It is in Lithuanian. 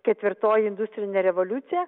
ketvirtoji industrinė revoliucija